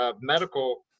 medical